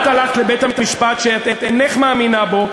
את הלכת לבית-המשפט שאת אינך מאמינה בו,